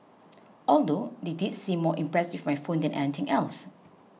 although they did seem more impressed with my phone than anything else